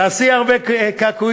תעשי הרבה קעקועים,